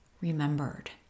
remembered